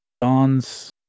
Dawn's